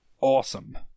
awesome